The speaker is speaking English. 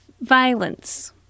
violence